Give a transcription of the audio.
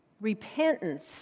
repentance